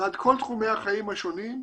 ועל כל תחומי החיים השונים,